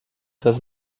does